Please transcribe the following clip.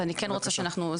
אז אני כן רוצה שאנחנו נתקדם.